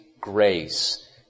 grace